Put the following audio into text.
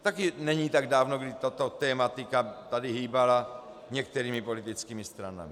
Také není tak dávno, kdy tato tematika tady hýbala některými politickými stranami.